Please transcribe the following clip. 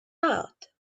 out